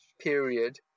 period